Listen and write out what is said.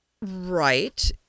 Right